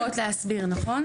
ניתנו לי חמש דקות להסביר, נכון?